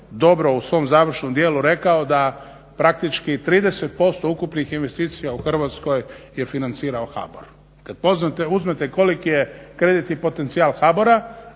dobro u svom završnom dijelu rekao da praktički 30% ukupnih investicija u Hrvatskoj je financirao HBOR. Kada uzmete koliki je kreditni potencijal HBOR-a,